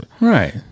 Right